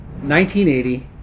1980